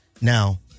Now